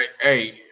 hey